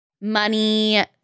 money